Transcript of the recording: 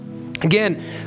Again